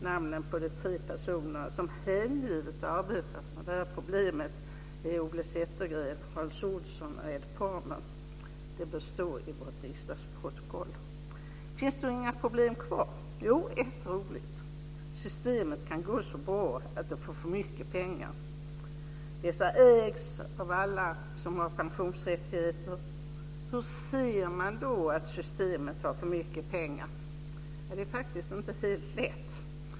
Namnen på de tre personerna som hängivet arbetat med de här problemen är Ole Settergren, Hans Olsson och Ed Palmer. Det bör stå i vårt riksdagsprotokoll. Finns det då inga problem kvar? Jo, ett roligt. Systemet kan gå så bra att det får för mycket pengar. Dessa ägs av alla som har pensionsrättigheter. Hur ser man då att systemet har för mycket pengar? Det är faktiskt inte helt lätt.